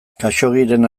khaxoggiren